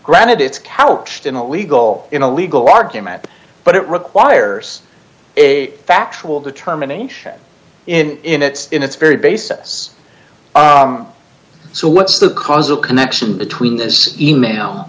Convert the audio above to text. granted it's couched in a legal in a legal argument but it requires a factual determination in its in its very basis so what's the causal connection between this e mail